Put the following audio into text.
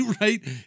Right